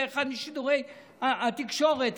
באחד משידורי התקשורת,